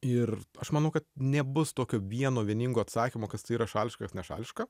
ir aš manau kad nebus tokio vieno vieningo atsakymo kas tai yra šališkas nešališka